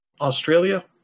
Australia